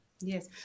Yes